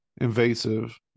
invasive